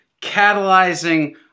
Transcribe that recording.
catalyzing